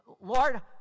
Lord